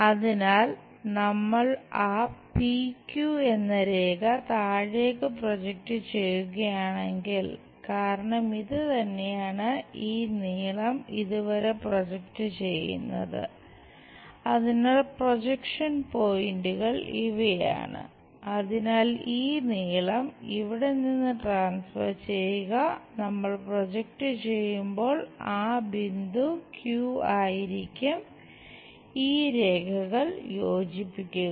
അതിനാൽ നമ്മൾ ആ ആയിരിക്കും ഈ രേഖകൾ യോജിപ്പിക്കുക